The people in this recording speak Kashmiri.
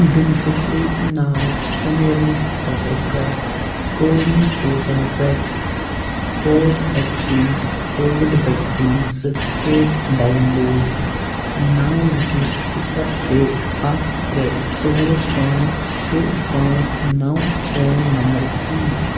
بیٚنِفشری ناو سَمیٖرنِس خٲطرٕ کر کووِن پورٹل پٮ۪ٹھ code vaccine Covid vaccine certificate download نَو زٕ صِفَر شےٚ اَکھ ترٛےٚ ژور پانٛژھ شےٚ پانٛژھ نَو فون نمبرِس سۭتۍ